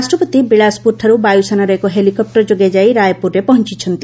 ରାଷ୍ଟ୍ରପତି ବିଳାସପୁରଠାରୁ ବାୟୁସେନାର ଏକ ହେଲିକପ୍ଟର ଯୋଗେ ଯାଇ ରାୟପୁରରେ ପହଞ୍ଚୁଛନ୍ତି